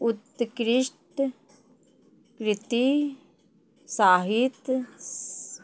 उत्कृष्ट कृति साहित्य